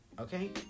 Okay